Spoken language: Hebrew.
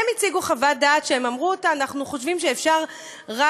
הם הציגו חוות דעת שהם אמרו אותה: אנחנו חושבים שאפשר רק